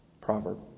proverb